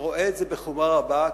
הוא רואה את זה בחומרה רבה,